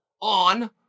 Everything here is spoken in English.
on